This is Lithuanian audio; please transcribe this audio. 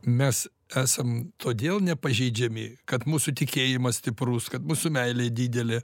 mes esam todėl nepažeidžiami kad mūsų tikėjimas stiprus kad mūsų meilė didelė